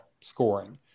scoring